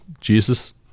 Jesus